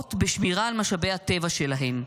ומשקיעות בשמירה על משאבי הטבע שלהן,